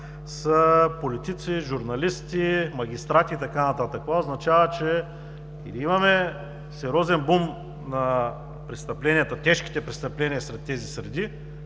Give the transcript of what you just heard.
са политици, журналисти, магистрати и така нататък. Това означава, че имаме сериозен бум на тежките престъпления сред тези среди,